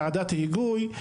ועדת היגוי,